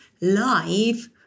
live